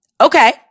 Okay